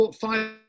five